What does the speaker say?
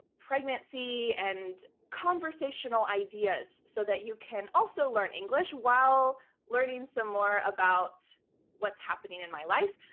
pregnancy and conversational ideas so that you can also learn english while learning some more about what's happening in my life.